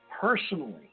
personally